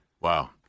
Wow